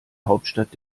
hauptstadt